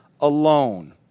alone